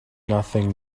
nothing